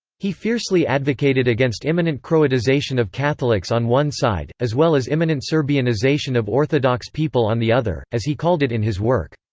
he fiercely advocated against imminent croatization of catholics on one side, as well as imminent serbianization of orthodox people on the other, as he called it in his work.